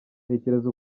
tekereza